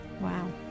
Wow